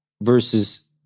versus